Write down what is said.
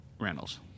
Reynolds